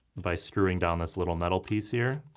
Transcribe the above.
by screwing down this little metal piece here